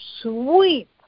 sweep